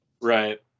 Right